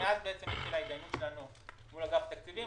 מאז התחילו העניינים שלנו מול אגף התקציבים,